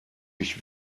ich